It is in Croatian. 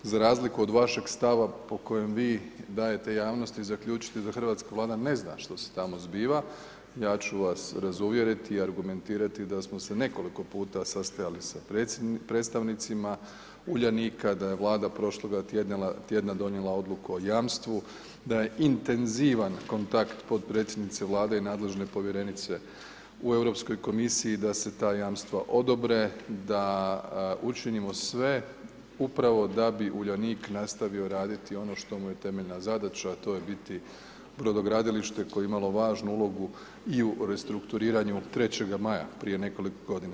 Za razliku od vašeg stava po kojem vi dajete javnosti i zaključite da hrvatska Vlada ne zna što se tamo zbiva, ja ću vas razuvjeriti i argumentirati da smo se nekoliko puta sastajali sa predstavnicima Uljanika, da je Vlada prošloga tjedna donijela odluku o jamstvu, da je intenzivan kontakt potpredsjednice Vlade i nadležne povjerenice u Europskoj komisiji da se ta jamstva odobre, da učinimo sve upravo da bi Uljanik nastavio raditi ono što mu je temeljna zadaća, a to je biti brodogradilište koje je imalo važnu ulogu i u restrukturiranju 3. maja prije nekoliko godina.